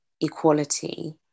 equality